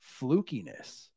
flukiness